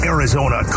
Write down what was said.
Arizona